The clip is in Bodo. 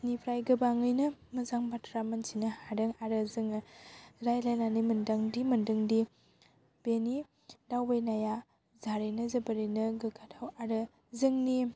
निफ्राय गोबाङैनो मोजां बाथ्रा मोन्थिनो हादों आरो जोङो रायलाइनानै मोनदांथि मोन्दोंदि बेनि दावबायनाया जारैनो जोबोरैनो गोग्गाथाव आरो जोंनि